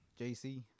JC